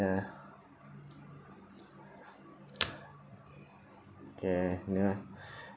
ya okay never mind